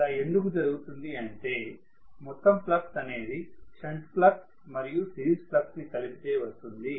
ఇలా ఎందుకు జరుగుతుంది అంటే మొత్తం ఫ్లక్స్ అనేది షంట్ ఫ్లక్స్ మరియు సిరీస్ ఫ్లక్స్ ని కలిపితే వస్తుంది